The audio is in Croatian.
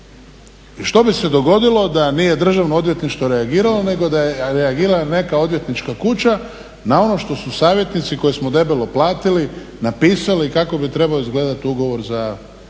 i što bi se dogodilo da nije Državno odvjetništvo reagiralo nego da je reagirala neka odvjetnička kuća na ono što su savjetnici koje smo debelo platili napisali kako bi trebao izgledati ugovor za